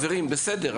בסדר,